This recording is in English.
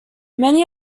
many